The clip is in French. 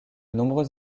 nombreux